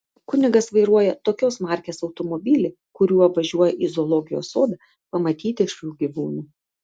kunigas vairuoja tokios markės automobilį kuriuo važiuoja į zoologijos sodą pamatyti šių gyvūnų